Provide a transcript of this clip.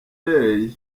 ray